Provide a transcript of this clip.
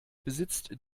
besitzt